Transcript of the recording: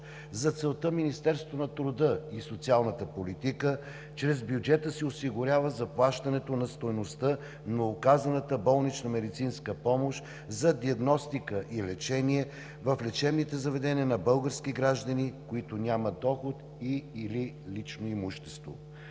За целта Министерството на труда и социалната политика чрез бюджета си осигурява заплащането на стойността на оказаната болнична медицинска помощ за диагностика и лечение в лечебните заведения на български граждани, които нямат доход и/или лично имущество.